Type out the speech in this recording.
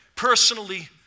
Personally